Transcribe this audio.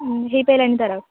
ହେଇ ପାରିଲାନି ତା'ର